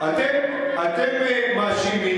אתם מאשימים,